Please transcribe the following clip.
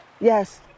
Yes